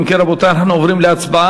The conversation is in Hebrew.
אם כן, רבותי, אנחנו עוברים להצבעה.